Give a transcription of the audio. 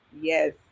yes